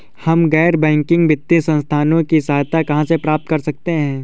हम गैर बैंकिंग वित्तीय संस्थानों की सहायता कहाँ से प्राप्त कर सकते हैं?